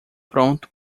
pronto